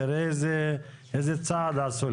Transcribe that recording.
תראה איזה צעד עשו,